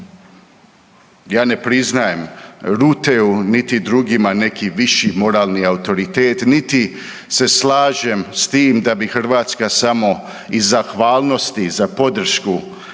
se ne razumije./… niti drugima neki viši moralni autoritet, niti se slažem s tim da bi Hrvatska samo iz zahvalnosti za podršku od